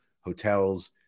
hotels